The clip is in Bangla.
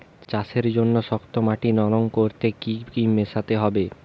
চাষের জন্য শক্ত মাটি নরম করতে কি কি মেশাতে হবে?